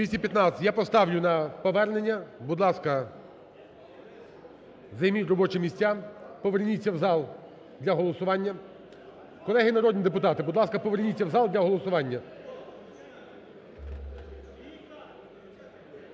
Я поставлю на повернення. Будь ласка, займіть робочі місця, поверніться в зал для голосування. Колеги народні депутати, будь ласка, поверніться в зал для голосування.